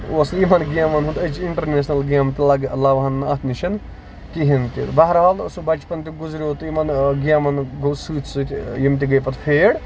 اوس نہٕ یِمن گیمَن ہُند أسۍ چھِ اِنٹرنیشنل گیمہٕ تہِ لو لوہن نہٕ اَتھ نِش کِہینۍ تہِ بحرحال سُہ بَچپن تہِ گُزریو تہٕ یِمن گیمَن گوٚو سۭتۍ سۭتۍ یِم تہِ گے پَتہٕ فیڈ